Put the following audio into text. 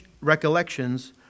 recollections